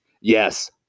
Yes